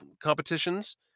competitions